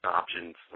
options